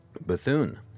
Bethune